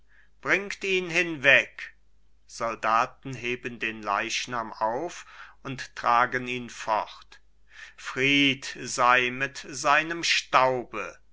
bringt ihn hinweg soldaten heben den leichnam auf und tragen ihn fort fried sei mit seinem staube